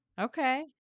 Okay